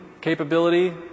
capability